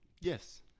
Yes